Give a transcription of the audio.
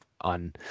on